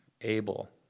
able